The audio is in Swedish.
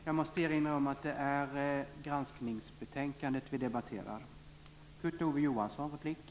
Får jag påminna om att även om sakfrågan hänger ihop med granskningsbetänkandet, är det granskningsbetänkandet som diskuteras.